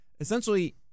essentially